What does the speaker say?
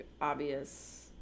obvious